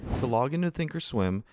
to log in to thinkorswim,